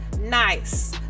nice